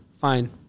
Fine